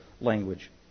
language